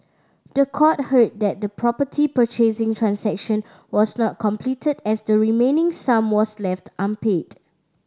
the court heard that the property purchasing transaction was not completed as the remaining sum was left unpaid